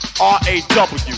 R-A-W